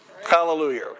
Hallelujah